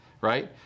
right